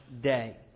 day